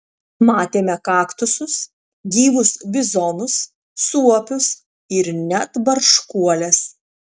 matėme kaktusus gyvus bizonus suopius ir net barškuoles